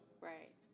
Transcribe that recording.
Right